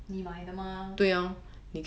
你买的吗